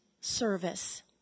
service